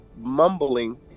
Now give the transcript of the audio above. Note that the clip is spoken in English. mumbling